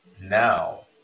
now